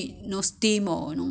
星期四